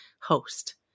host